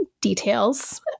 details